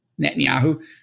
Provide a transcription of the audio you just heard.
Netanyahu